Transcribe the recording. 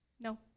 No